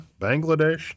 Bangladesh